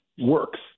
works